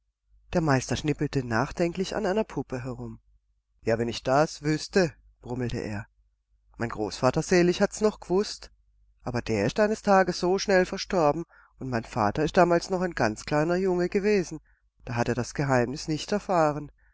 der meister schnippelte nachdenklich an einer puppe herum ja wenn ich das wüßte brummelte er mein großvater selig hat's noch gewußt aber der ist eines tages so schnell verstorben und mein vater ist damals noch ein ganz kleiner junge gewesen da hat er das geheimnis nicht erfahren